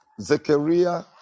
Zechariah